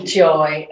joy